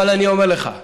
אבל אני אומר לך,